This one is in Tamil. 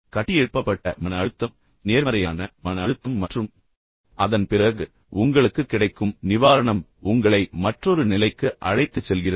கட்டியெழுப்பப்பட்ட மன அழுத்தம் நேர்மறையான மன அழுத்தம் மற்றும் அதன் பிறகு உங்களுக்கு கிடைக்கும் நிவாரணம் உங்களை மற்றொரு நிலைக்கு அழைத்துச் செல்கிறது